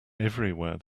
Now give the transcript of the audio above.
everywhere